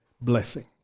blessing